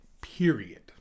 period